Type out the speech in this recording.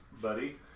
buddy